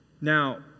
Now